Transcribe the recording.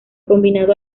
combinado